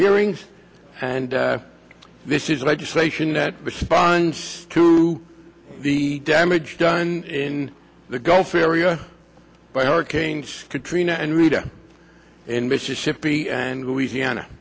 hearings and this is legislation that responds to the damage done in the gulf area by hurricanes katrina and rita and mississippi and louisiana